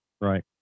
Right